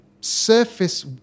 surface